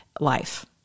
life